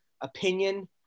opinion